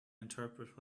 interpret